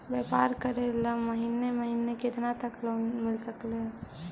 व्यापार करेल महिने महिने केतना तक लोन मिल सकले हे?